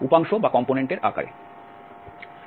উপাংশ আকারে